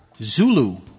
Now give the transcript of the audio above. Zulu